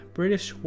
British